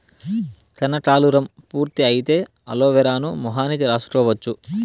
కనకాలురం పూర్తి అయితే అలోవెరాను మొహానికి రాసుకోవచ్చు